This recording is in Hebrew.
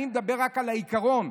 אני מדבר על העיקרון.